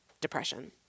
depression